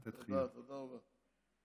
תודה, תודה רבה.